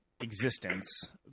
existence